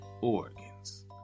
organs